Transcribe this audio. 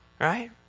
Right